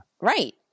right